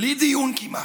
בלי דיון כמעט,